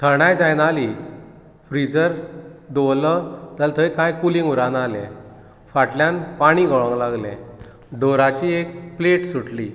थंडाय जायना जाली फ्रिजर दवरलो जाल्यार थंय काय कुलींग उरना जालें फाटल्यान पाणी गळोंक लागलें डोराची एक प्लेट सुटली